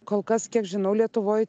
kol kas kiek žinau lietuvoj